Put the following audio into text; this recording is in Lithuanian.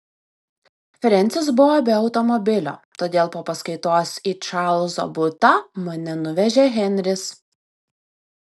frensis buvo be automobilio todėl po paskaitos į čarlzo butą mane nuvežė henris